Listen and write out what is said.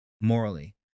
morally